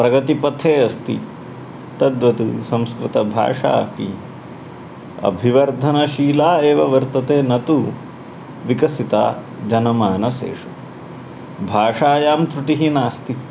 प्रगतिपथे अस्ति तद्वत् संस्कृतभाषा अपि अभिवर्धनशीला एव वर्तते न तु विकसिता जनमानसेषु भाषायां तृटिः नास्ति